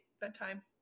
bedtime